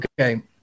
okay